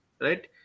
right